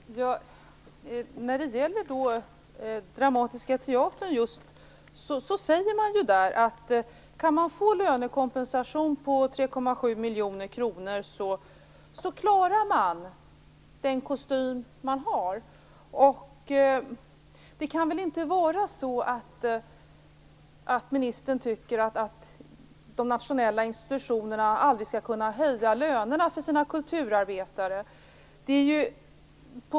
Fru talman! Vad gäller just Dramatiska Teatern säger man där att om man kan få en lönekompensation på 3,7 miljoner kronor så klarar man den kostym man har. Det kan väl inte vara så att ministern tycker att man på de nationella institutionerna aldrig skall kunna höja lönerna för sina kulturarbetare?